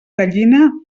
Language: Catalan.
gallina